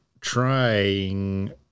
trying